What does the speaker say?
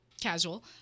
casual